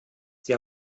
sie